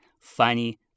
funny